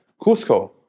Cusco